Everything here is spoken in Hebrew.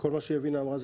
אכן כפי שיבינה אמרה,